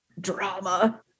drama